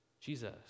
Jesus